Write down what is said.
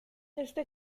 este